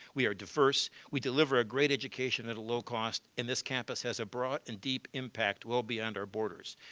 we are diverse. we deliver a great education at a low cost and this campus has a broad and deep impact well beyond our borders.